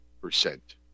percent